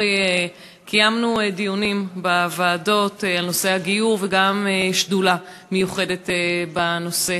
קיימנו דיונים בוועדות על נושא הגיור וגם ישיבת שדולה מיוחדת בנושא.